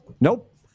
Nope